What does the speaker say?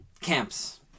camps